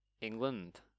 England